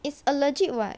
it's a legit what